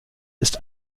ist